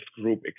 group